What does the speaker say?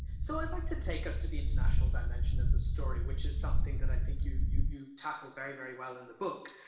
so i'd like to take us to the international dimension of the story, which is something that i think you you tackle very, very well in the book.